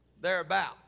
thereabout